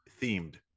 themed